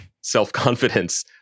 self-confidence